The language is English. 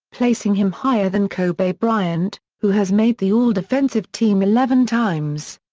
placing him higher than kobe bryant, who has made the all-defensive team eleven times.